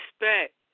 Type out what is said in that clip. respect